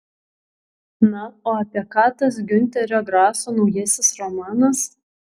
na o apie ką tas giunterio graso naujasis romanas